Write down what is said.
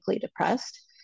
depressed